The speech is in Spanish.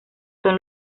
son